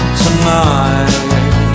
tonight